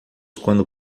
quando